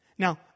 Now